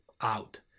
out